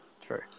True